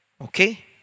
Okay